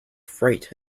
fright